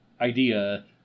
idea